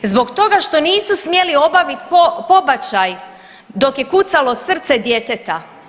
Zbog toga što nisu smjeli obaviti pobačaj dok je kucalo srce djeteta.